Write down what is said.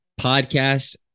Podcast